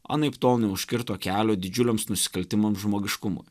anaiptol neužkirto kelio didžiuliams nusikaltimams žmogiškumui